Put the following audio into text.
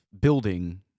building